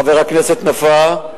חבר הכנסת נפאע,